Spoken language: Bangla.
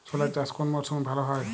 ছোলা চাষ কোন মরশুমে ভালো হয়?